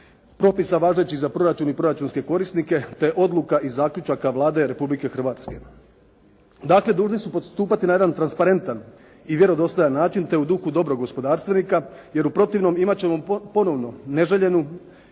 propisa važećih za proračun i proračunske korisnike te odluka i zaključaka Vlade Republike Hrvatske. Dakle, dužni su postupati na jedan transparentan i vjerodostojan način te u duhu dobrog gospodarstvenika, jer u protivnom imat ćemo ponovno neželjenu